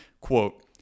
Quote